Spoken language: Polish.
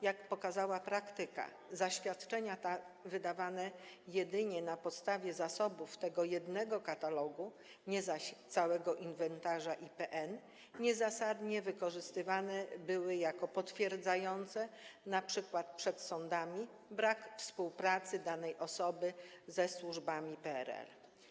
Jak pokazała praktyka, zaświadczenia wydawane jedynie na podstawie zasobów tego jednego katalogu, nie zaś całego inwentarza IPN, niezasadnie wykorzystywane były jako potwierdzające np. przed sądami brak współpracy danej osoby ze służbami PRL.